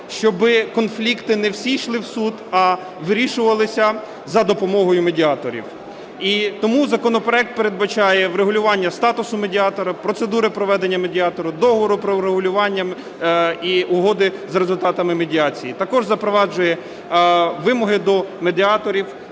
щоби конфлікти не всі йшли в суд, а вирішувалися за допомогою медіаторів. І тому законопроект передбачає врегулювання статусу медіатора, процедури проведення медіатора, договору про врегулювання і угоди за результатами медіації, а також запроваджує вимоги до медіаторів,